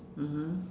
mmhmm